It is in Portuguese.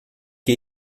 que